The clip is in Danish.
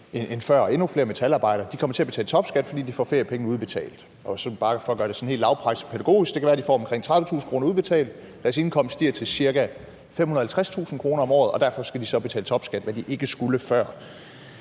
endnu flere metalarbejdere end før kommer til at betale topskat, fordi de får feriepenge udbetalt. Bare for at gøre det sådan helt lavpraktisk pædagogisk: Det kan være, de får omkring 30.000 kr. udbetalt, så deres indkomst stiger til ca. 550.000 kr. om året, og derfor skal de så betale topskat, hvad de ikke skulle før.